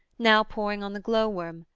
now poring on the glowworm,